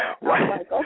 Right